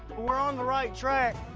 we're on the right track,